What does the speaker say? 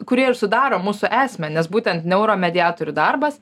kurie ir sudaro mūsų esmę nes būtent neuromediatorių darbas